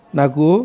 naku